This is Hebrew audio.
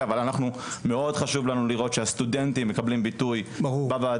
אבל מאוד חשוב לנו לראות שהסטודנטים מקבלים ביטוי בוועדה,